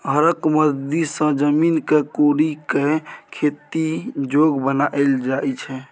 हरक मदति सँ जमीन केँ कोरि कए खेती जोग बनाएल जाइ छै